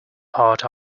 heart